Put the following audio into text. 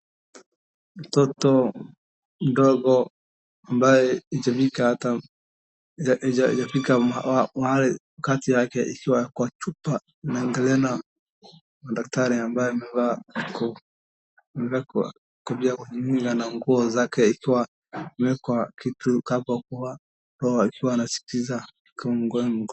Mtoto mdogo ambaye ijafika ata ijafika, wakati yake ikiwa kwa chupa inaangaliwa na daktari ambaye amevaa angalia kwa mila na nguo zake ikiwa ameekwa kitu hapo kwa roho ikiwa anaskiza kama mgonjwa.